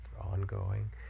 ongoing